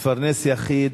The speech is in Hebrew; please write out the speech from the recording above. מפרנס יחיד,